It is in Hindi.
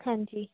हाँ जी